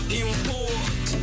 import